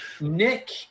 nick